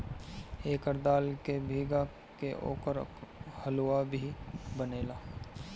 एकर दाल के भीगा के ओकर हलुआ भी बनेला